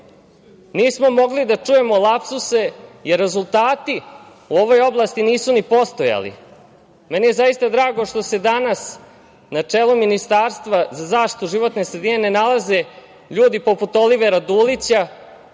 nismo mogli da čujemo lapsuse, jer rezultati u ovoj oblasti nisu ni postojali. Meni je zaista drago što se danas na čelu Ministarstva za zaštitu životne sredine ne nalaze ljudi poput Olivera Dulića